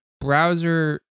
browser